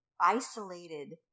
isolated